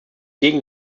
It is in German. gegen